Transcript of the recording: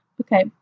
Okay